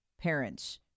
parents